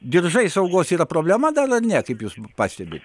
diržai saugos yra problema dar ar ne kaip jūs pastebit